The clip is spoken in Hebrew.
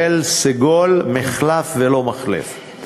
אני מקבל, סֶגול, מֶחלף ולא מַחלף.